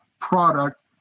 product